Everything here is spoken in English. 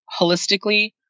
holistically